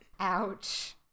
Ouch